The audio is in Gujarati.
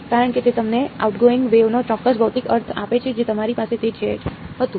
કારણ કે તે અમને આઉટગોઇંગ વેવ નો ચોક્કસ ભૌતિક અર્થ આપે છે જેથી અમારી પાસે તે જ હતું